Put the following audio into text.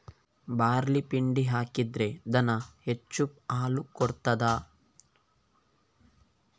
Barley ಪಿಂಡಿ ಹಾಕಿದ್ರೆ ದನ ಹೆಚ್ಚು ಹಾಲು ಕೊಡ್ತಾದ?